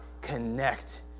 connect